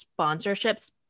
sponsorships